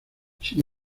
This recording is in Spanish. sin